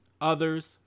others